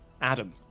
Adam